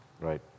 Right